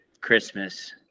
Christmas